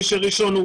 מי שהוגש ראשון,